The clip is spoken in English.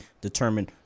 determine